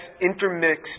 intermixed